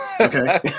Okay